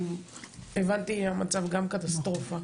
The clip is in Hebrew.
ששמעתי שגם שם המצב קטסטרופה.